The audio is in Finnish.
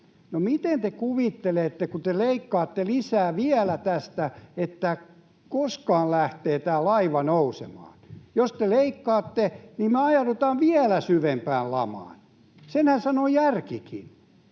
miten te kuvittelette, kun te leikkaatte lisää vielä tästä, että koskaan lähtee tämä laiva nousemaan? Jos te leikkaatte, me ajaudutaan vielä syvempään lamaan. Senhän sanoo järkikin.